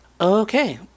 Okay